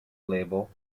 label